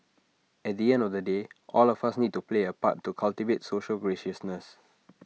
at the end of the day all of us need to play A part to cultivate social graciousness